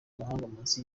munsi